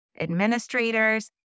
administrators